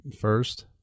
first